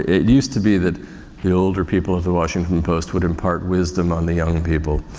it used to be that the older people of the washington post would impart wisdom on the young people.